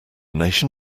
nation